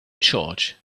charge